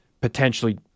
potentially